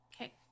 Okay